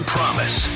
Promise